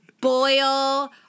boil